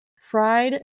Fried